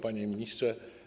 Panie Ministrze!